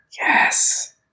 Yes